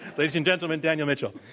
ladies and gentlemen, daniel mitchell.